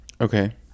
Okay